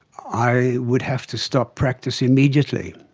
i would have to stop practice immediately.